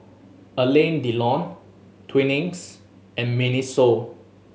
Alain Delon Twinings and MINISO